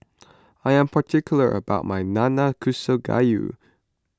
I am particular about my Nanakusa Gayu